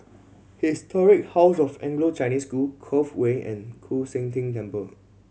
Historic House of Anglo Chinese School Cove Way and Koon Seng Ting Temple